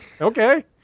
Okay